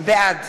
בעד